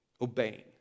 obeying